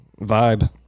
vibe